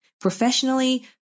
professionally